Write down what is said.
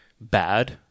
bad